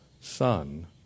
son